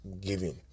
giving